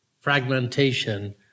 fragmentation